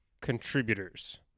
contributors